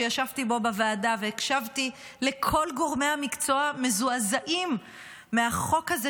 שישבתי בו בוועדה והקשבתי לכל גורמי המקצוע מזועזעים מהחוק הזה,